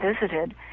visited